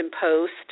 Post